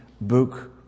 book